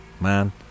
man